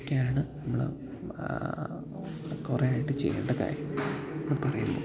ഇതൊക്കെയാണ് നമ്മള് കുറേയായിട്ട് ചെയ്യേണ്ട കാര്യം എന്നു പറയുമ്പോള്